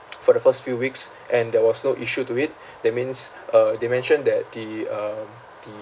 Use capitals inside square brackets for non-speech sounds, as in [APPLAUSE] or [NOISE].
[NOISE] for the first few weeks and there was no issue to it that means uh they mentioned that the uh the